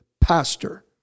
pastor